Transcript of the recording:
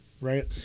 right